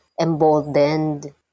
emboldened